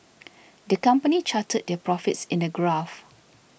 the company charted their profits in a graph